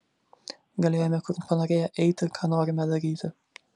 galėjome kur panorėję eiti ką norime daryti